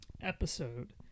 Episode